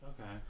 Okay